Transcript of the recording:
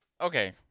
okay